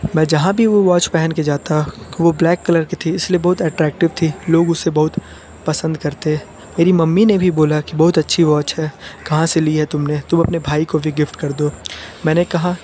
मैं जहाँ भी वो वॉच पहन के जाता वो ब्लैक कलर की थी इसलिए बहुत अट्रैक्टिव थी लोग उसे बहुत पसंद करते मेरी मम्मी ने भी बोला कि बहुत अच्छी वॉच है कहाँ से ली है तुमने तुम अपने भाई को भी गिफ्ट कर दो मैंने कहा